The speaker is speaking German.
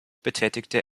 betätigte